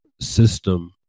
system